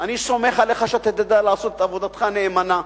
אני סומך עליך שאתה תדע לעשות את עבודתך נאמנה.